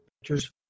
pictures